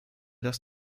das